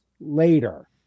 later